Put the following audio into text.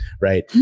right